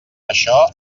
això